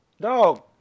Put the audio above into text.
Dog